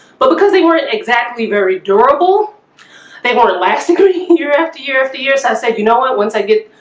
but because they weren't exactly very durable they want it last agree. you're after here. after years. i said, you know what once i get,